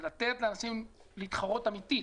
זה לתת לאנשים להתחרות בתחרות אמיתית,